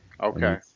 Okay